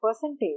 percentage